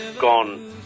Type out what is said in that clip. gone